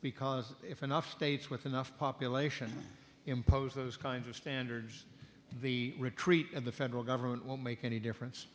because if enough states with enough population impose those kinds of standards the retreat of the federal government will make any difference